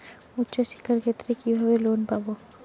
উচ্চশিক্ষার ক্ষেত্রে কিভাবে লোন পাব?